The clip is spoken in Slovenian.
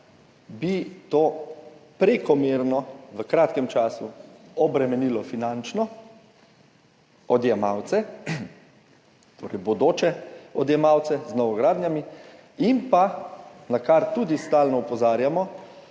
bi to prekomerno v kratkem času finančno obremenilo odjemalce, torej bodoče odjemalce v novogradnjah, in pa, na kar tudi stalno opozarjamo,